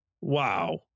wow